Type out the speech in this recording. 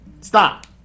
stop